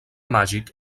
màgic